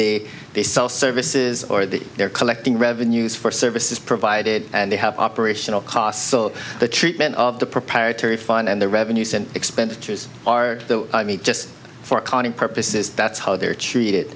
the they sell services or the they're collecting revenues for services provided and they have operational costs so the treatment of the proprietary fund and the revenues and expenditures are the i mean just for common purposes that's how they're treated